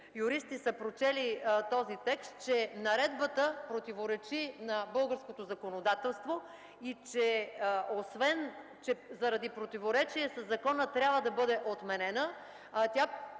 юристи са прочели този текст, че наредбата противоречи на българското законодателство и че освен заради противоречие със закона, трябва да бъде отменена, а